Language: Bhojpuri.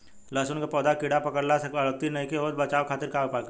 लहसुन के पौधा में कीड़ा पकड़ला से बढ़ोतरी नईखे होत बचाव खातिर का उपाय करी?